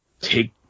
take